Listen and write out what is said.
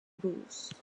bewusst